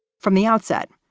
from the outset,